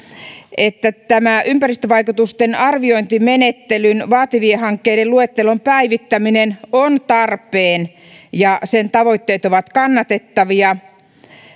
että tämä ympäristövaikutusten arviointimenettelyn vaativien hankkeiden luettelon päivittäminen on tarpeen ja sen tavoitteet ovat kannatettavia